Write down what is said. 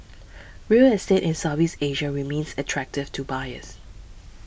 real estate in Southeast Asia remains attractive to buyers